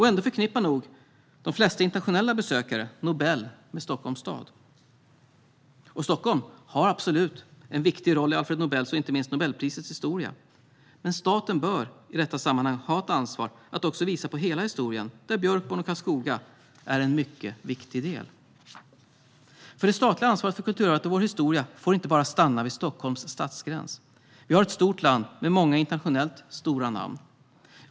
Ändå förknippar nog de flesta internationella besökare Nobel med Stockholms stad. Och Stockholm har absolut en viktig roll i Alfred Nobels och inte minst Nobelprisets historia, men staten bör i detta sammanhang ha ett ansvar att också visa på hela historien, där Björkborn och Karlskoga är en mycket viktig del. Det statliga ansvaret för kulturarvet och vår historia får inte stanna vid Stockholms stadsgräns. Vi är ett land med många internationellt stora namn.